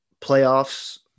playoffs